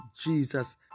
Jesus